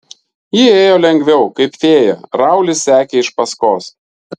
ji ėjo lengviau kaip fėja raulis sekė iš paskos